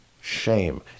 Shame